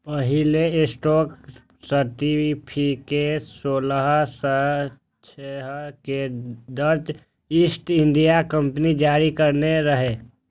पहिल stock certificate सोलह सय छह मे डच ईस्ट इंडिया कंपनी जारी करने रहै